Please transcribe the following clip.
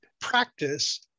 practice